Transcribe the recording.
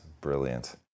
brilliant